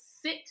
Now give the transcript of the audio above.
sit